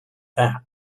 that